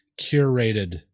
curated